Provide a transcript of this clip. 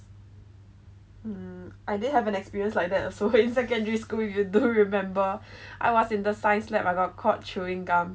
mm I didn't have an experience like that also in secondary school if you don't remember I was in the science lab I got caught chewing gum